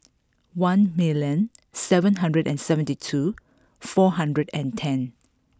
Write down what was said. one million seven hundred and seventy two four hundred and ten